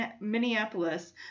Minneapolis